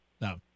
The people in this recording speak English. No